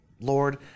Lord